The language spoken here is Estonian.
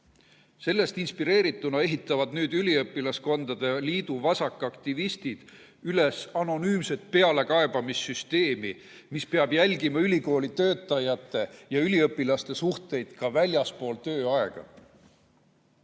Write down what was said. Sellest inspireerituna ehitavad nüüd üliõpilaskondade liidu vasakaktivistid üles anonüümset pealekaebamissüsteemi, mis peab jälgima ülikooli töötajate ja üliõpilaste suhteid ka väljaspool tööaega.